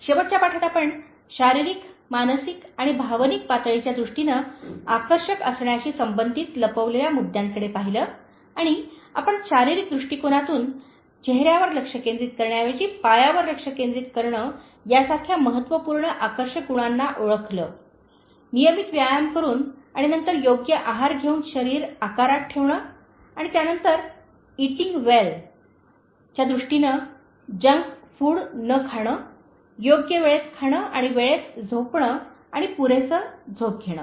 शेवटच्या पाठात आपण शारीरिक मानसिक आणि भावनिक पातळीच्या दृष्टीने आकर्षक असण्याशी संबंधित लपवलेल्या मुद्द्यांकडे पाहिले आणि आपण शारीरिक दृष्टीकोनातून चेहऱ्यावर लक्ष केंद्रित करण्याऐवजी पायावर लक्ष केंद्रित करणे यासारख्या महत्त्वपूर्ण आकर्षक गुणांना ओळखले नियमित व्यायाम करून आणि नंतर योग्य आहार घेऊन शरीर आकारात ठेवणे आणि त्यानंतर त्या ईटिंग वेल च्या दृष्टीने जंक फूड न खाणे योग्य वेळेत खाणे आणि वेळेत झोपणे आणि पुरेसे झोप घेणे